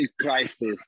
crisis